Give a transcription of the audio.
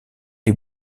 les